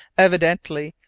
evidently,